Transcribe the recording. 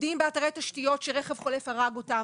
עובדים באתרי תשתיות שרכב חולף הרג אותם,